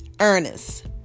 Ernest